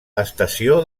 estació